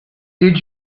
did